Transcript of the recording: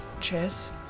Cheers